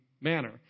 manner